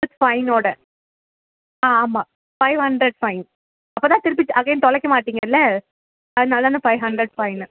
with ஃபைனோடு ஆ ஆமாம் ஃபைவ் ஹண்ட்ரட் ஃபைன் அப்போத்தான் திருப்பி அகைன் தொலைக்க மாட்டிங்கள்ல அதனால் அந்த ஃபைவ் ஹண்ட்ரட் ஃபைன்